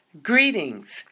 Greetings